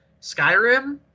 Skyrim